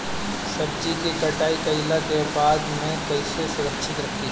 सब्जी क कटाई कईला के बाद में कईसे सुरक्षित रखीं?